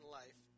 life